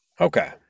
Okay